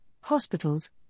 hospitals